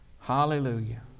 Hallelujah